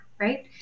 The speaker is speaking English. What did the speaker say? right